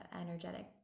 energetic